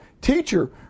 Teacher